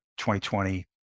2020